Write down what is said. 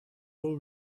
will